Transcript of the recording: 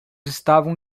estavam